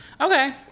Okay